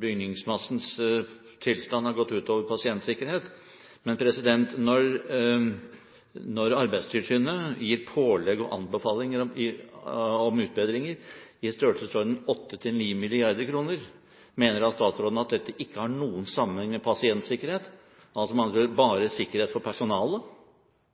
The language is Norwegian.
bygningsmassens tilstand er gått ut over pasientsikkerhet. Når Arbeidstilsynet gir pålegg og anbefalinger om utbedringer i størrelsesorden 8–9 mrd. kr, mener da statsråden at dette ikke har noen sammenheng med pasientsikkerhet, altså med andre ord, bare med sikkerhet for